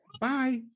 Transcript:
Bye